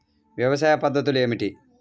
వ్యవసాయ పద్ధతులు ఏమిటి?